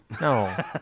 No